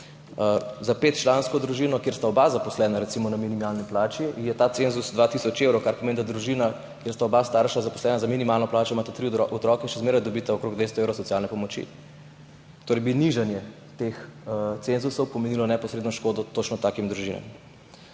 Za petčlansko družino, kjer sta oba zaposlena recimo na minimalni plači, je ta cenzus 2 tisoč evrov, kar pomeni, da družina, kjer sta oba starša zaposlena za minimalno plačo in imata tri otroke, še zmeraj dobita okrog 200 evrov socialne pomoči. Torej bi nižanje teh cenzusov pomenilo neposredno škodo točno takim družinam.